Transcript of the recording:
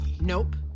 Nope